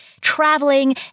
traveling